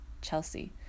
Chelsea